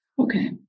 Okay